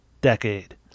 decade